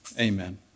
Amen